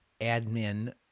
admin